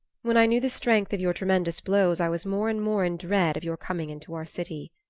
when i knew the strength of your tremendous blows i was more and more in dread of your coming into our city.